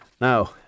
Now